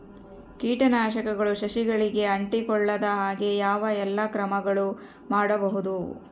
ಕೇಟನಾಶಕಗಳು ಸಸಿಗಳಿಗೆ ಅಂಟಿಕೊಳ್ಳದ ಹಾಗೆ ಯಾವ ಎಲ್ಲಾ ಕ್ರಮಗಳು ಮಾಡಬಹುದು?